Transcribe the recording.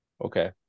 Okay